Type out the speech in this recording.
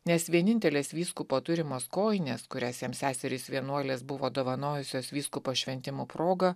nes vienintelės vyskupo turimos kojinės kurias jam seserys vienuolės buvo dovanojusios vyskupo šventimų proga